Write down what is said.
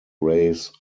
raise